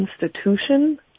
institution